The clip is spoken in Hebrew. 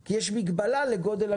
כי יש מגבלה לגודל הקבוצה.